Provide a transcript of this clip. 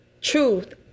truth